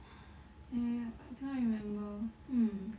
eh I cannot remember hmm